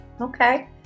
Okay